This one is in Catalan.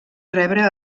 rebre